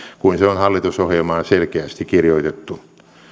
kuin se on hallitusohjelmaan selkeästi kirjoitettu